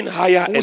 higher